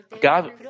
God